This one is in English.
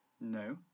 No